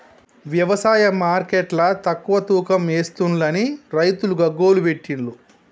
వ్యవసాయ మార్కెట్ల తక్కువ తూకం ఎస్తుంలని రైతులు గగ్గోలు పెట్టిన్లు